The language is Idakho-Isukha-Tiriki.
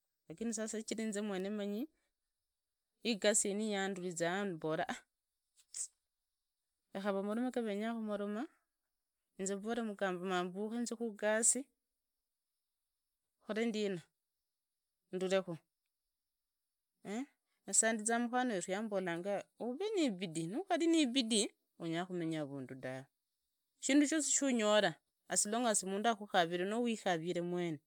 inzi mwene wi igasi iyi yandurna mbora aah rekha vamorome ka venya khumoroma inzi boro mugamba ma mbukhe nzii khugasi khorei ndina na sandarza mukhana weru yambolanga uvae ni ibidi ni ukhari ni ibidi unyara khumenya avundu dae shindu shyosi shi unyora as long as mundu akhukhaviri nooh uikhaviri mwene ama ugure shindu sasa ii khenya sana khari ni ndukha wukhurekha ama khari khuvukha asubui mapema ma mbora anyway hivo ma mbukhe asubui mapema ma nziza niva mambukhe sa kumi na moja na nusu ama sa kumi na mbiri ni inusu maa nziza by saa tatu ama saa ine maa saa khari mundu na amboraye mukhavira igasi urakhora ama ma khavire igasi uzi ukhore maadikhu igaviri urekhe mundu yanye arrange khuvora wa khavira mundu shina uyu ndina.